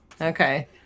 Okay